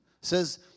says